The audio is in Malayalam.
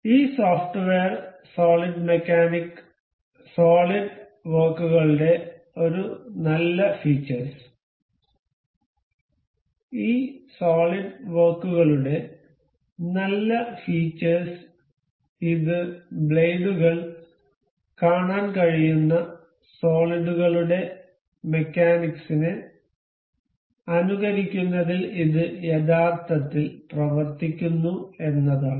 ഈ സോഫ്റ്റ്വെയർ സോളിഡ് മെക്കാനിക്സ് സോളിഡ് വർക്കുകളുടെ ഒരു നല്ല ഫീച്ചേഴ്സ് ഈ സോളിഡ് വർക്കുകളുടെ നല്ല ഫീച്ചേഴ്സ് ഇത് ബ്ലേഡുകൾ കാണാൻ കഴിയുന്ന സോളിഡുകളുടെ മെക്കാനിക്സിനെ അനുകരിക്കുന്നതിനാൽ ഇത് യഥാർത്ഥത്തിൽ പ്രവർത്തിക്കുന്നു എന്നതാണ്